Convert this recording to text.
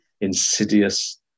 insidious